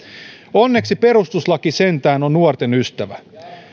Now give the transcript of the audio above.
onneksi perustuslaki sentään on nuorten ystävä